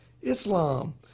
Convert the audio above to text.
Islam